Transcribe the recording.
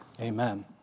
amen